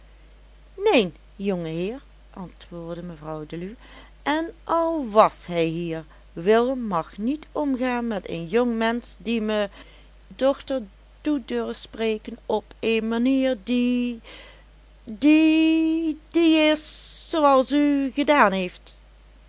neen jongeheer antwoordde mevrouw deluw en al was hij hier willem mag niet omgaan met een jong mensch die me dochter toe durft spreken op een manier die die die is zoo als u gedaan heeft